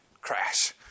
Crash